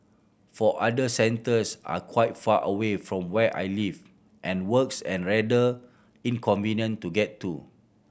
for other centres are quite far away from where I live and works and rather inconvenient to get to